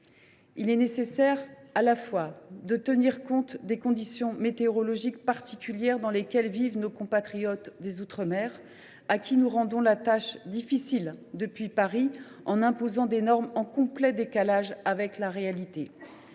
Il est indispensable de tenir compte des conditions météorologiques particulières dans lesquelles vivent nos compatriotes des outre mer, à qui nous rendons la tâche difficile depuis Paris lorsque nous leur imposons des normes en complète dissonance avec la réalité.